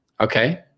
Okay